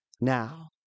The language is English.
now